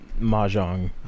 Mahjong